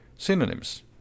Synonyms